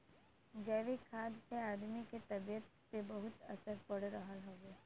जैविक खाद से आदमी के तबियत पे बहुते असर पड़ रहल हउवे